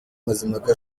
mazimpaka